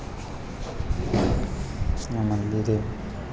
ના મંદિરે